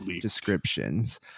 descriptions